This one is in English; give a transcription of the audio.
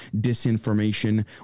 disinformation